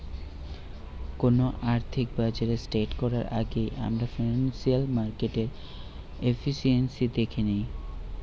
কোনো আর্থিক বাজারে ট্রেড করার আগেই আমরা ফিনান্সিয়াল মার্কেটের এফিসিয়েন্সি দ্যাখে নেয়